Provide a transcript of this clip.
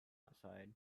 outside